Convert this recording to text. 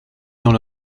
dans